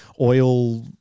oil